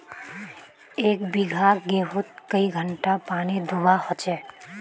एक बिगहा गेँहूत कई घंटा पानी दुबा होचए?